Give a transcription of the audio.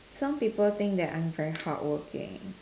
some people think that I'm very hardworking